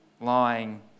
lying